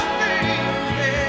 baby